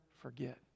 forget